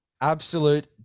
absolute